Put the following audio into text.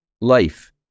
life